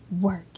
Work